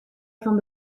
fan